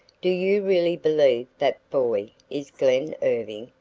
do you really believe that boy is glen irving?